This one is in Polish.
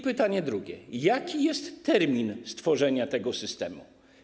Pytanie drugie: Jaki jest termin stworzenia tego systemu?